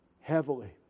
heavily